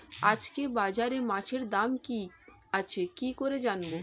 আজকে বাজারে মাছের দাম কি আছে কি করে জানবো?